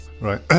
Right